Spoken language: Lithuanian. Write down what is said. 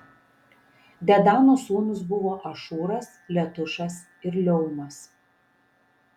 dedano sūnūs buvo ašūras letušas ir leumas